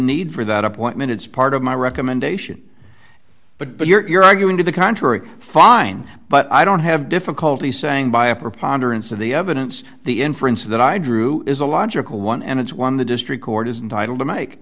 need for that appointment it's part of my recommendation but but you're arguing to the contrary fine but i don't have difficulty saying by a preponderance of the evidence the inference that i drew is a logical one and it's one the district court is entitle to make